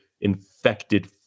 infected